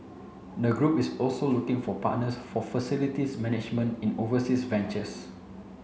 the group is also looking for partners for facilities management in overseas ventures